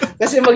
kasi